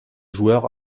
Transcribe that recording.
joueur